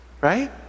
Right